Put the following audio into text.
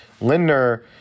Lindner